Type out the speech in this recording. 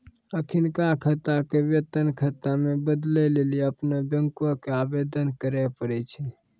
अखिनका खाता के वेतन खाता मे बदलै लेली अपनो बैंको के आवेदन करे पड़ै छै